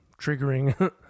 triggering